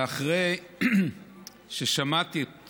ואחרי ששמעתי את